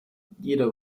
jeder